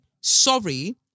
sorry